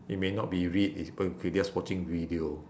it may not be read is just watching video